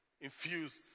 infused